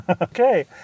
Okay